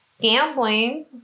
gambling